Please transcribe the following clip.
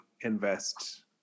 invest